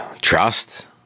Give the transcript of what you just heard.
Trust